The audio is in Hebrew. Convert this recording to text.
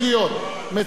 מצוין.